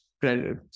credit